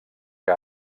que